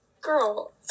girl